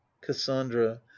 cassandra